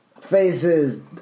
faces